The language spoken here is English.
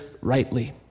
rightly